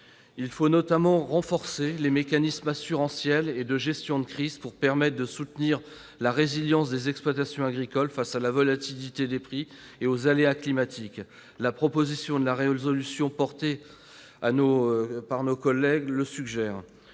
Il faut notamment renforcer les mécanismes assurantiels et de gestion de crise pour pouvoir soutenir la résilience des exploitations agricoles face à la volatilité des prix et aux aléas climatiques. La présente proposition de résolution européenne le suggère.